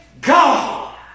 God